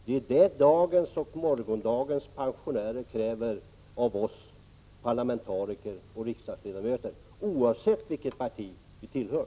Det är vad dagens och morgondagens pensionärer kräver av oss parlamentariker och riksdagsledamöter, oavsett vilket parti vi tillhör.